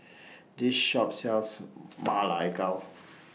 This Shop sells Ma Lai Gao